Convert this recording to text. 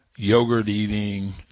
yogurt-eating